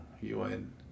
UN